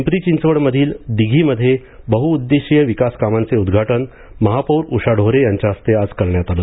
पिंपरी चिंचवड मधील दिघीमध्ये बहुउद्देशीय विकास कामांचे उद्घाटन महापौर उषा ढोरे यांच्या हस्ते आज करण्यात आलं